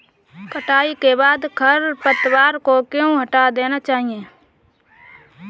कटाई के बाद खरपतवार को क्यो हटा देना चाहिए?